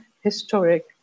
historic